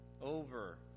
over